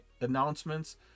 announcements